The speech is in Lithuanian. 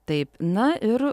taip na ir